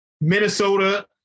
Minnesota